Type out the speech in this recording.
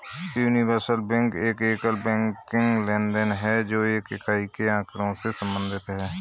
universal bank एक एकल banking लेनदेन है, जो एक इकाई के आँकड़ों से संबंधित है